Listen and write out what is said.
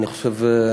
אני חושב,